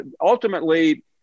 ultimately –